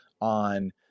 on